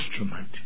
instrument